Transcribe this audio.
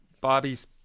Bobby's